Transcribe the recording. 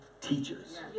Teachers